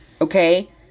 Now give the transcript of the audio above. okay